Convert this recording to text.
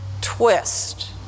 twist